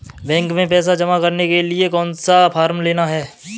Bank में पैसा जमा करने के लिए कौन सा फॉर्म लेना है?